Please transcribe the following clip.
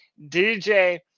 DJ